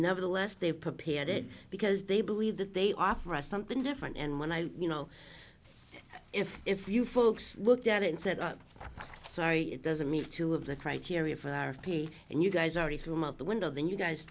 nevertheless they prepared it because they believe that they offer us something different and when i you know if if you folks looked at it and said i'm sorry it doesn't meet two of the criteria for p and you guys already threw him out the window then you guys